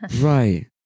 Right